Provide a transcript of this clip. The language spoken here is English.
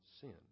sin